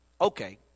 okay